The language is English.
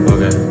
Okay